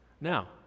Now